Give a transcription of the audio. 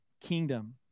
kingdom